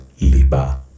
LIBA